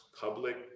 public